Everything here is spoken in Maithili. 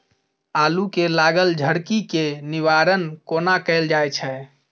आलु मे लागल झरकी केँ निवारण कोना कैल जाय छै?